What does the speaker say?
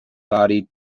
body